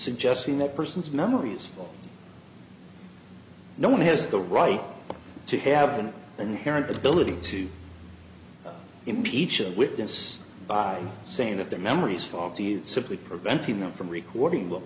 suggesting that person's memories no one has the right to have an inherent ability to impeach a witness by saying that their memories faulty simply preventing them from recording what